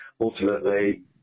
ultimately